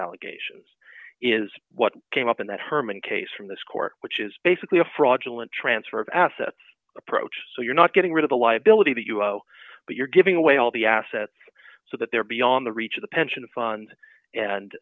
allegations is what came up in that herman case from this court which is basically a fraudulent transfer of assets approach so you're not getting rid of the liability that you owe but you're giving away all the assets so that they're beyond the reach of the pension fund and